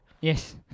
Yes